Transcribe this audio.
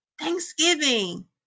thanksgiving